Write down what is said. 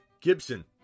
Gibson